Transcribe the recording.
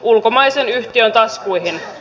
ulkomaisen yhtiön taskuihin